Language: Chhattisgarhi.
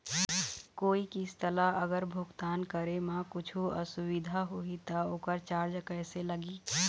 कोई किस्त ला अगर भुगतान करे म कुछू असुविधा होही त ओकर चार्ज कैसे लगी?